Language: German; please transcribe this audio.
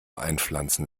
einpflanzen